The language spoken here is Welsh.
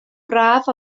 braf